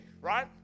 right